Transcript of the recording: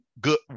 good